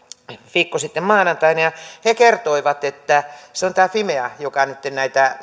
viikko sitten maanantaina ja he kertoivat että se on fimea joka nytten